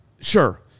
Sure